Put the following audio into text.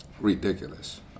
Ridiculous